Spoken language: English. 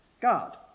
God